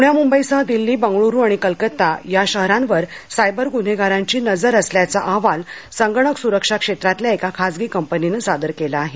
पण्या मुंबईसह दिल्ली बंगळर आणि कोलकत्ता या शहरावर सायवर गुन्हेगारांची नजर असल्याचा अहवाल संगणक सुरक्षा क्षेत्रातल्या एका खासगी कंपनीनं सादर केला आहे